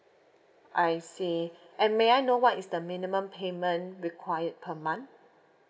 I see and may I know what is the minimum payment required per month